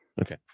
Okay